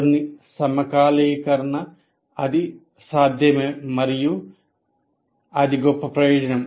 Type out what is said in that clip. కొన్ని సమకాలీకరణ అది సాధ్యమే మరియు అది గొప్ప ప్రయోజనం